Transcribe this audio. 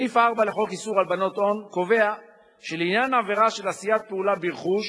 סעיף 4 לחוק איסור הלבנת הון קובע שלעניין עבירה של עשיית פעולה ברכוש,